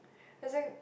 I think